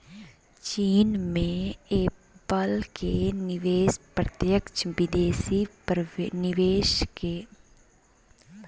चीन मे एप्पल के निवेश प्रत्यक्ष विदेशी निवेश के एगो उदाहरण हय